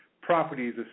properties